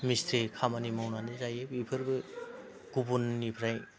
मिस्थ्रि खामानि मावनानै जायो बेफोरबो गुबुननिफ्राय